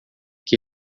que